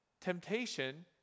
temptation